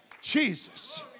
Jesus